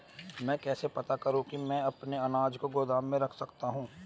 मैं कैसे पता करूँ कि मैं अपने अनाज को गोदाम में रख सकता हूँ?